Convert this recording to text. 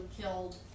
killed